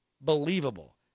believable